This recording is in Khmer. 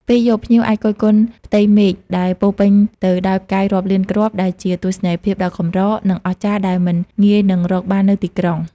ពេលយប់ ភ្ញៀវអាចគយគន់ផ្ទៃមេឃដែលពោរពេញទៅដោយផ្កាយរាប់លានគ្រាប់ ដែលជាទស្សនីយភាពដ៏កម្រ និងអស្ចារ្យដែលមិនងាយនឹងរកបាននៅទីក្រុង។